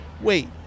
wait